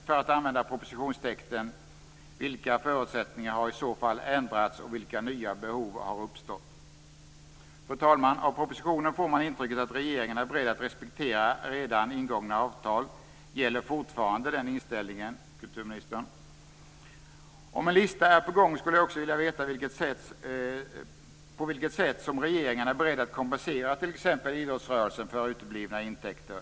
För att använda propositionstexten: Vilka förutsättningar har i så fall ändrats och vilka nya behov har uppstått? Fru talman! Av propositionen får man intrycket att regeringen är beredd att respektera redan ingångna avtal. Gäller fortfarande den inställningen, kulturministern? Om en lista är på gång skulle jag också vilja veta på vilket sätt som regeringen är beredd att kompensera t.ex. idrottsrörelsen för uteblivna intäkter?